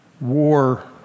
war